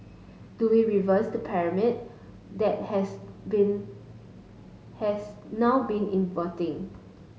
do we reverse the pyramid that has been has now been inverting